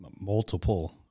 multiple